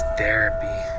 therapy